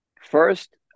first